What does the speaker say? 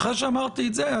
אחרי שאמרתי את זה,